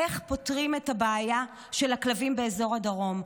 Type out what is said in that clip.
איך פותרים את הבעיה של הכלבים באזור הדרום.